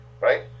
right